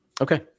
Okay